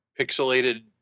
pixelated